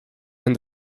and